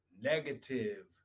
negative